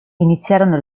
iniziarono